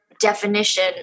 definition